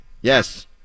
Yes